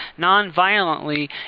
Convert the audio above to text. nonviolently